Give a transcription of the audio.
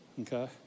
okay